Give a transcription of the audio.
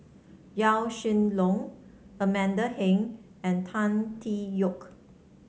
Yaw Shin Leong Amanda Heng and Tan Tee Yoke